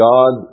God